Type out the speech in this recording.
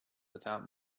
without